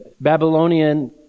Babylonian